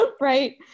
right